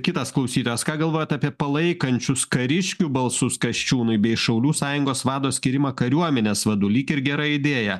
kitas klausytojas ką galvoti apie palaikančius kariškių balsus kasčiūnui bei šaulių sąjungos vado skyrimą kariuomenės vadu lyg ir gera idėja